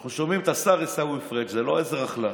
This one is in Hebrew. אנחנו שומעים את השר עיסאווי פריג' זה לא איזה רכלן,